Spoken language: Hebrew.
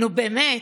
נו, באמת.